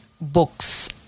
books